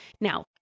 Now